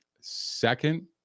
second